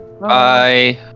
Bye